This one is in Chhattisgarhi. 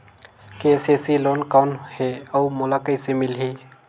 के.सी.सी लोन कौन हे अउ मोला कइसे मिलही?